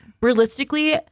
realistically